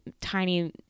tiny